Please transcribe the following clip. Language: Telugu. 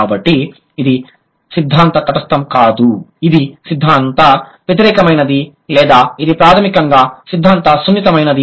కాబట్టి ఇది సిద్ధాంతం తటస్థం కాదు ఇది సిద్ధాంతం ప్రత్యేకమైనది లేదా ఇది ప్రాథమికంగా సిద్ధాంత సున్నితమైనది